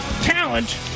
talent